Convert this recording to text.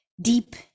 deep